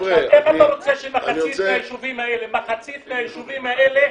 אז איך אתה רוצה שמחצית מהיישובים האלה אתה